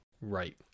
Right